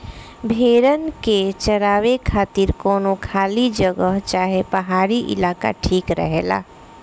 भेड़न के चरावे खातिर कवनो खाली जगह चाहे पहाड़ी इलाका ठीक रहेला